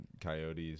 coyote's